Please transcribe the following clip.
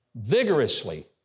vigorously